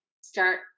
start